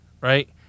Right